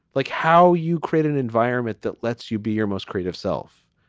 like how you create an environment that lets you be your most creative self.